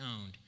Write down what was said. owned